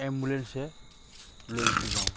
এম্বুলেন্সেৰে লৈ গুচি যাওঁ